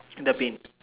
the paint